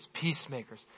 peacemakers